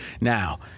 now